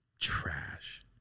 trash